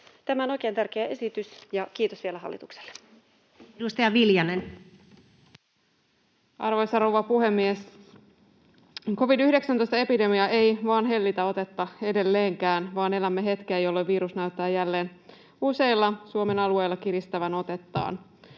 vuoksi annetun lain 4 §:n muuttamisesta Time: 15:56 Content: Arvoisa rouva puhemies! Covid-19-epidemia ei vain hellitä otetta edelleenkään, vaan elämme hetkeä, jolloin virus näyttää jälleen useilla Suomen alueilla kiristävän otettaan.